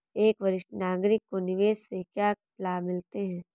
एक वरिष्ठ नागरिक को निवेश से क्या लाभ मिलते हैं?